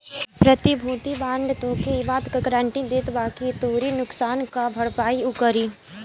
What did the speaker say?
प्रतिभूति बांड तोहके इ बात कअ गारंटी देत बाकि तोहरी नुकसान कअ भरपाई उ करी